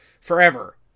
forever